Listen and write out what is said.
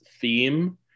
theme